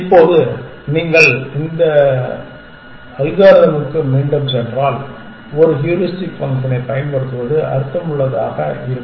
இப்போது நீங்கள் மீண்டும் இந்த அல்காரிதமுக்குச் சென்றால் ஒரு ஹூரிஸ்டிக் ஃபங்க்ஷனைப் பயன்படுத்துவது அர்த்தமுள்ளதாக இருக்கும்